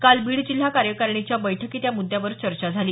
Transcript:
काल बीड जिल्हा कार्यकारणीच्या बैठकीत या मुद्यावर चर्चा झाली